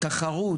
תחרות